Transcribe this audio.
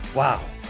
wow